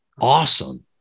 awesome